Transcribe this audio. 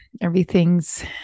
everything's